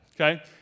okay